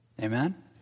Amen